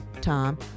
Tom